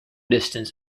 distance